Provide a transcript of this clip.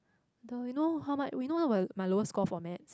the you know how much we know what my lowest score for maths